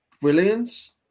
Brilliance